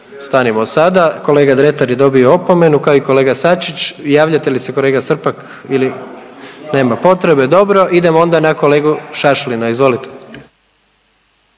stanimo sada. Kolega Dretar je dobio opomenu kao i kolega Sačić. Javljate li se kolega Srpak ili? Nema potrebe, dobro. Idemo onda na kolegu Šašlina, izvolite.